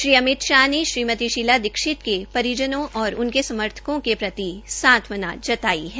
श्री अमित शाह ने श्रीमती शीला दीक्षित के परिजनों और उनके समर्थकों के प्रति सांत्वना प्रकट की है